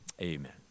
Amen